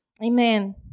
Amen